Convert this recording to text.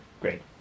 Great